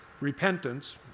Repentance